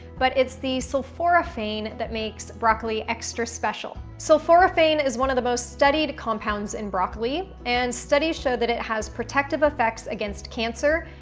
but it's the sulforaphane that makes broccoli extra special. sulforaphane is one of the most studied compounds in broccoli and studies show that it has protective affects against cancer,